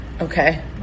Okay